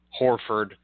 Horford